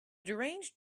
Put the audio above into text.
deranged